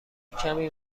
کمی